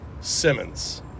Simmons